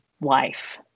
wife